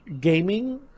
gaming